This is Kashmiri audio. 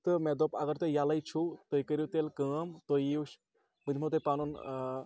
تہٕ مےٚ دوٚپ اگر تُہۍ ییٚلَے چھُو تُہۍ کٔرِو تیٚلہِ کٲم تہۍ یِیوٗ بہٕ دِمو تۄہہِ پَنُن